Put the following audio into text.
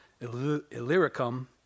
Illyricum